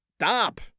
stop